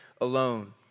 alone